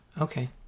okay